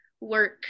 work